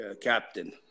Captain